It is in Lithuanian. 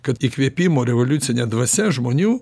kad įkvėpimo revoliucinė dvasia žmonių